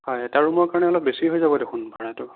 হয় এটা ৰুমৰ কাৰণে বেছি হৈ যাব দেখোন ভাড়াটো